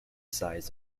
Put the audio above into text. sides